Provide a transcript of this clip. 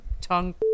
tongue